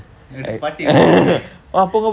எடுத்து பாட்டி:edutthu paatti room இல்ல வைங்க:illa vainga